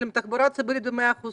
התחבורה הציבורית ב-100%